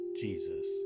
Jesus